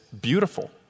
beautiful